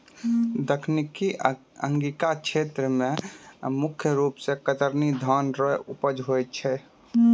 दक्खिनी अंगिका क्षेत्र मे मुख रूप से कतरनी धान रो उपज खूब होय छै